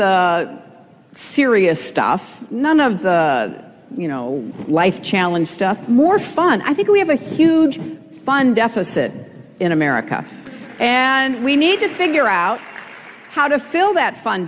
the serious stuff none of you know life challenge stuff more fun i think we have a huge fund deficit in america and we need to figure out how to fill that fun